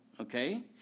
okay